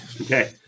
Okay